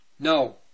No